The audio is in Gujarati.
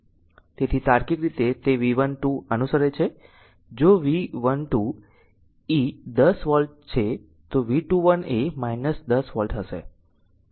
તેથી તાર્કિક રીતે તે V12 અનુસરે છે જો V12 e 10 વોલ્ટ છે તો V21 એ 10 વોલ્ટ હશે